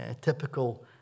typical